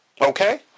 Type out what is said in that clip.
Okay